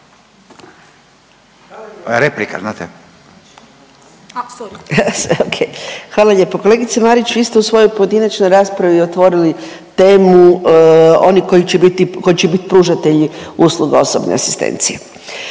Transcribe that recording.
Hvala lijepo. Kolegice Marić, vi ste u svojoj pojedinačnoj raspravi otvorili temu onih koji će biti, koji će biti pružatelji usluga osobne asistencije.